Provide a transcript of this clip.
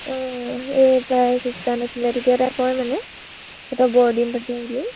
অঁ এই তাই আছিলে তেতিয়া তাই কয় মানে